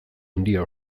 handia